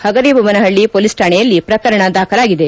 ಪಗರಿ Bommanahalli police ಠಾಣೆಯಲ್ಲಿ ಪ್ರಕರಣ ದಾಖಲಾಗಿದೆ